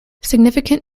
significant